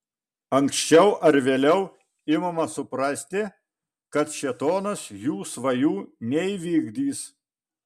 anksčiau ar vėliau imama suprasti kad šėtonas jų svajų neįvykdys